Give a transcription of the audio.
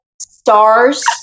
Stars